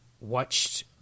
watched